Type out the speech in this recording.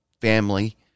family